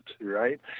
right